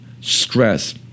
stress